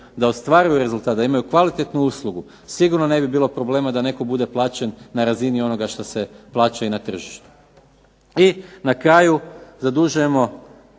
da ostvaruju rezultat, da imaju kvalitetnu uslugu sigurno ne bi bilo problema da netko bude plaćen na razini onoga što se plaća i na tržištu. I na kraju zadužujemo